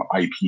IP